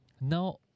now